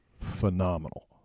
phenomenal